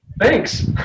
Thanks